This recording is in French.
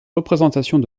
représentations